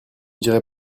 dirai